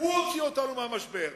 הוא הוציא אותנו מהמשבר.